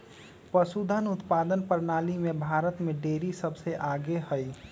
पशुधन उत्पादन प्रणाली में भारत में डेरी सबसे आगे हई